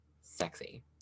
sexy